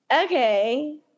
okay